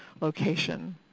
location